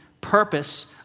purpose